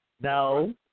No